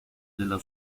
della